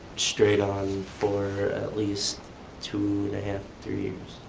straight on for at least two and a half, three years.